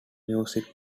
music